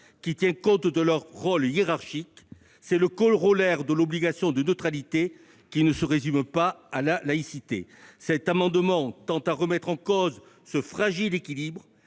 qui tient compte de leur rôle hiérarchique. C'est le corollaire de l'obligation de neutralité, qui ne se résume pas à la laïcité. Cet amendement tend à remettre en cause ce fragile équilibre.